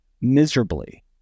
miserably